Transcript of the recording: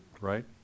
right